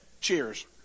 cheers